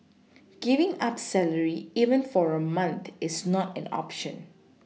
giving up salary even for a month is not an option